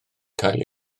cael